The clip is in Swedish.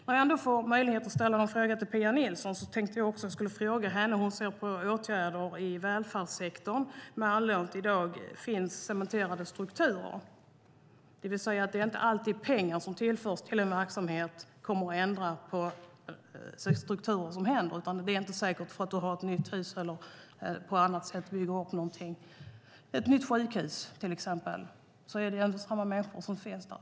När jag ändå får möjlighet att ställa en fråga till Pia Nilsson vill jag fråga hur hon ser på åtgärder i välfärdssektorn med anledning av att det i dag finns cementerade strukturer, det vill säga att det inte alltid så att pengar som tillförs en verksamhet kommer att ändra på strukturer. Om du har ett nytt hus eller bygger upp ett nytt sjukhus till exempel är det ändå samma människor som finns där.